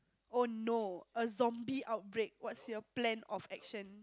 oh no a zombie outbreak what's your plan of action